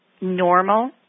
normal